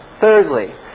Thirdly